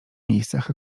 miejscach